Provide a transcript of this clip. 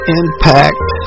impact